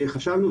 חשבנו,